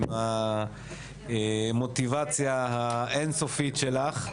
עם המוטיבציה האינסופית שלך,